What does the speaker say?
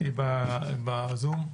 היא בזום?